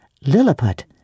Lilliput